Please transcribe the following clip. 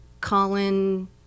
Colin